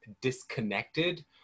disconnected